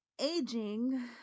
Aging